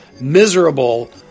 miserable